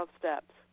steps